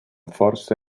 forse